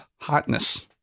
hotness